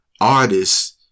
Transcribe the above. artists